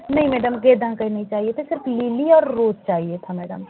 नहीं मैडम गेंदा का नहीं चाहिए था सिर्फ़ लिली और रोज़ चाहिए था मैडम